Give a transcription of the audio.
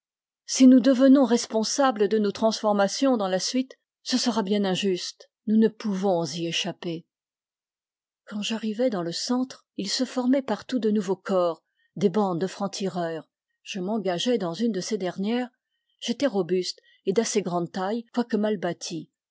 si nous devenons responsables de nos transformations dans la suite ce sera bien injuste nous ne pouvons y échapper quand j'arrivai dans le centre il se formait partout de nouveaux corps des bandes de francs-tireurs je m'engageai dans une de ces dernières j'étais robuste et d'assez grande taille quoique mal bâti